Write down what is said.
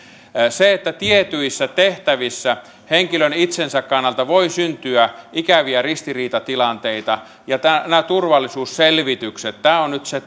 tietyissä tehtävissä henkilön itsensä kannalta voi syntyä ikäviä ristiriitatilanteita ja nämä turvallisuusselvitykset ovat nyt se